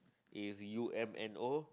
is u_m_n_o